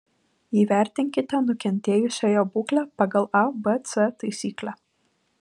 įvertinkite nukentėjusiojo būklę pagal abc taisyklę